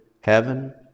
heaven